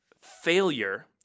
failure